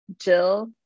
Jill